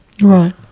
Right